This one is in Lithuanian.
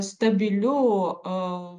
stabilių o